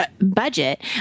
budget